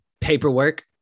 paperwork